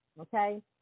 okay